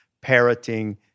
parroting